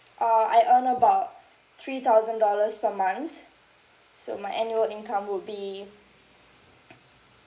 uh I earn about three thousand dollars per month so my annual income would be